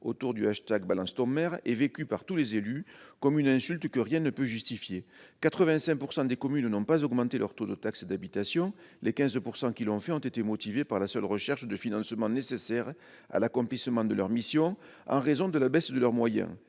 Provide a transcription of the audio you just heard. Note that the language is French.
autour du #BalanceTonMaire est vécue par tous les élus comme une insulte que rien ne peut justifier. En effet, 85 % des communes n'ont pas augmenté leur taux de taxe d'habitation ; celles qui l'ont fait n'ont été motivées que par la recherche des financements nécessaires à l'accomplissement de leurs missions dans un contexte de baisse de leurs moyens.